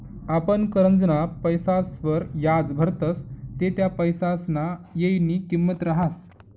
आपण करजंना पैसासवर याज भरतस ते त्या पैसासना येयनी किंमत रहास